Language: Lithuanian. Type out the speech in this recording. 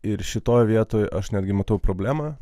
ir šitoje vietoj aš netgi matau problemą